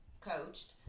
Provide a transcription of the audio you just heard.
coached